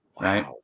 Right